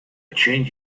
change